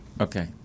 Okay